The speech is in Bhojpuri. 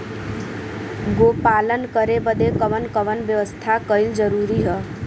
गोपालन करे बदे कवन कवन व्यवस्था कइल जरूरी ह?